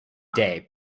day